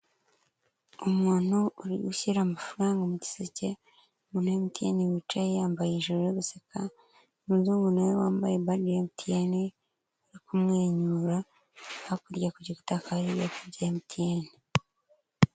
Umuntu uri gushyira amafaranga mu giseke muri MTN wicaye yambaye ijire uri guseka umuzungu nawe wambaye badge ya MTN uri kumwenyura, hakurya ku gikuta hakaba har’ibintu bya MTN.